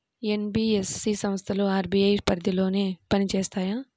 NBFC సంస్థలు RBI పరిధిలోనే పని చేస్తాయా?